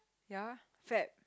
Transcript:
ya fat